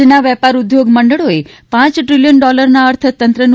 રાજ્યના વેપાર ઉદ્યોગ મંડળોએ પાંચ ટ્રીલીયન ડોલરના અર્થતંત્રનું